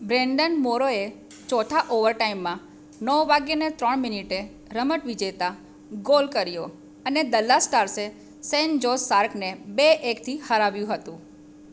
Brendan મોરોએ ચોથા ઓવરટાઇમમાં નવ વાગ્યે ને ત્રણ મિનિટે રમત વિજેતા ગોલ કર્યો અને દલા સ્ટાર્સે સેન જોસ શાર્કને બે એકથી હરાવ્યું હતું